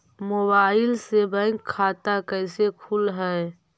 Mobile से bank खाता कैसे खुल है?